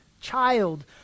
child